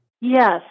Yes